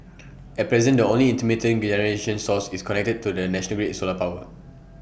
at present the only intermittent generation source is connected to the national grid solar power